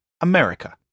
America